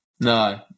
no